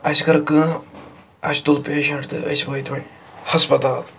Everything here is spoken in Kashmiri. اَسہِ کٔر کٲم اَسہِ تُل پیشَنٹ تہٕ أسۍ وٲتۍ وَنۍ ہَسپَتال